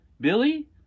Billy